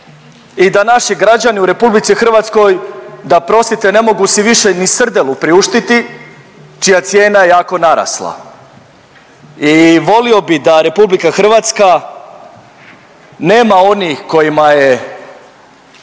i da naši građani u RH, da prostite, ne mogu si više ni srdelu priuštiti čija cijena je jako narasla i vodio bih da RH nema onih kojima je